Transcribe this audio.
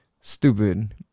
stupid